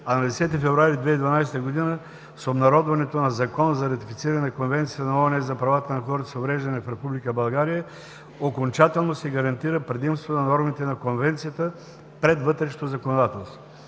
а на 10 февруари 2012 г., с обнародването на Закона за ратифициране на Конвенцията на ООН за правата на хората с увреждания, в Република България окончателно се гарантира предимството на нормите на Конвенцията пред вътрешното законодателство.